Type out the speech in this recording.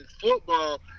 football –